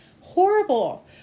horrible